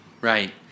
Right